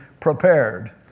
prepared